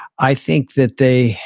i think that they